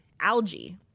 algae